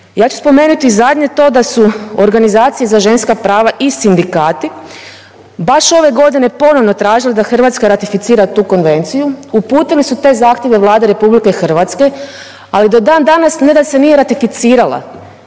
Ja ću spomenuti zadnje to da su organizacije za ženska prava i sindikati baš ove godine ponovno tražili da Hrvatska ratificira tu konvenciju, uputili su te zahtjeve Vladi Republike Hrvatske, ali do dan danas ne da se nije ratificirala,